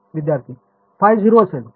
विद्यार्थी ϕ 0 असेल